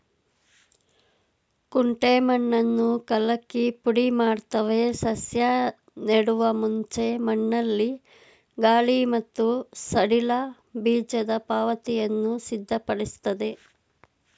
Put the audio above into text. ಕುಂಟೆ ಮಣ್ಣನ್ನು ಕಲಕಿ ಪುಡಿಮಾಡ್ತವೆ ಸಸ್ಯ ನೆಡುವ ಮುಂಚೆ ಮಣ್ಣಲ್ಲಿ ಗಾಳಿ ಮತ್ತು ಸಡಿಲ ಬೀಜದ ಪಾತಿಯನ್ನು ಸಿದ್ಧಪಡಿಸ್ತದೆ